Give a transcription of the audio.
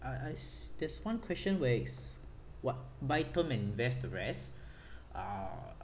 uh uh there's one question where is what buy term and invest the rest uh